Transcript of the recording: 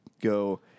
go